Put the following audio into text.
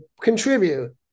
contribute